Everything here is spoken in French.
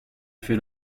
fais